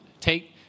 Take